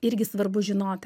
irgi svarbu žinot